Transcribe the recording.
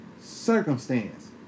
Circumstance